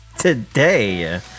today